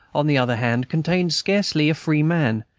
on the other hand, contained scarcely a freeman,